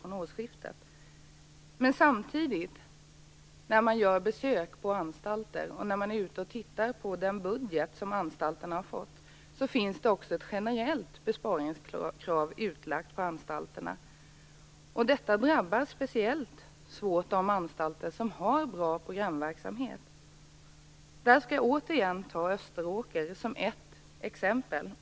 Samtidigt finns det, det kan man se när man gör besök på anstalter och är ute och tittar på den budget anstalterna har fått, också ett generellt besparingskrav på anstalterna. Detta drabbar speciellt hårt de anstalter som har bra programverksamhet. Jag vill återigen ta Österåker som exempel.